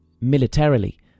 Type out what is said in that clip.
militarily